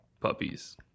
puppies